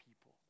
people